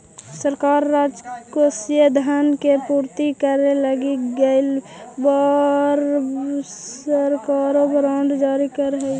सरकार राजकोषीय धन के पूर्ति करे लगी कई बार सरकारी बॉन्ड जारी करऽ हई